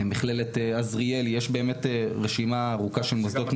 מכללת עזריאלי, יש רשימה ארוכה של מוסדות.